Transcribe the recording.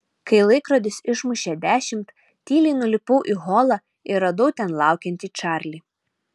kai laikrodis išmušė dešimt tyliai nulipau į holą ir radau ten laukiantį čarlį